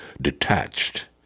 detached